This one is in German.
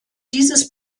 dieses